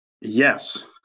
Yes